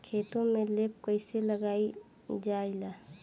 खेतो में लेप कईसे लगाई ल जाला?